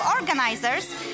organizers